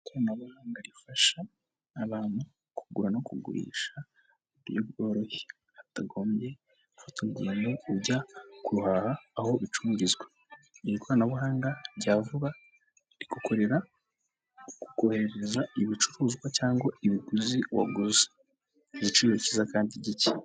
Ikoranabuhanga rifasha abantu kugura no kugurisha mu buryo bworoshye hatagombye gufata urugendo kujya guhaha aho icrizwa, iri ikoranabuhanga rya vuba rigukorera koherereza ibicuruzwa cyangwa ibyo waguze ku giciro cyiza kandi gike.